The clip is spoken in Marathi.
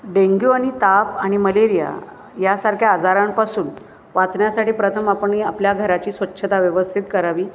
डेंग्यू आणि ताप आणि मलेरिया यासारख्या आजारांपासून वाचण्यासाठी प्रथम आपण आपल्या घराची स्वच्छता व्यवस्थित करावी